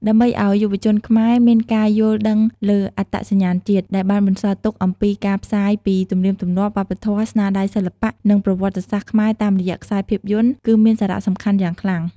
ដើម្បីឱ្យយុវជនខ្មែរមានការយល់ដឹងលើអត្តសញ្ញាណជាតិ ដែលបានបន្សល់ទុកអំពីការផ្សាយពីទំនៀមទម្លាប់ វប្បធម៌ ស្នាដៃសិល្បៈ និងប្រវត្តិសាស្ត្រខ្មែរតាមរយៈខ្សែភាពយន្ត គឺមានសារៈសំខាន់យ៉ាងខ្លាំង។